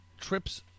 Trips